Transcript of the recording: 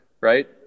right